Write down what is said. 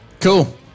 Cool